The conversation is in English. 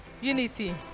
Unity